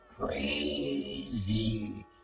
crazy